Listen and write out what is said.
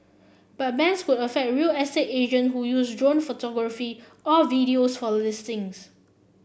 but bans could affect real estate agent who use drone photography or videos for listings